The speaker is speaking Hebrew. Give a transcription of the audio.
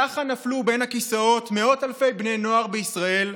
ככה נפלו בין הכיסאות מאות אלפי בני נוער בישראל.